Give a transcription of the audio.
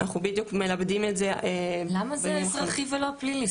אנחנו בדיוק מלבדים את זה --- למה זה אזרחי ולא פלילי?